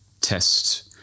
test